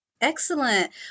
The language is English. Excellent